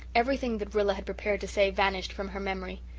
everything that rilla had prepared to say vanished from her memory.